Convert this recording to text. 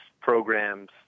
programs